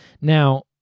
Now